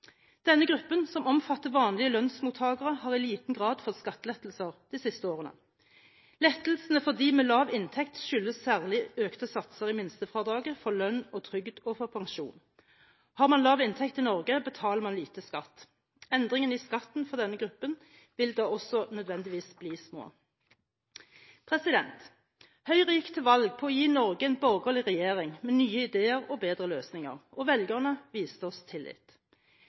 Denne gruppen, som omfatter vanlige lønnsmottakere, har i liten grad fått skattelettelser de siste årene. Lettelsene for de med lav inntekt skyldes særlig økte satser i minstefradraget for lønn, trygd og pensjon. Har man lav inntekt i Norge, betaler man lite skatt. Endringene i skatten for denne gruppen vil da også nødvendigvis bli små. Høyre gikk til valg på å gi Norge en borgerlig regjering med nye ideer og bedre løsninger, og velgerne viste oss tillit.